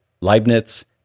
Leibniz